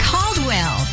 Caldwell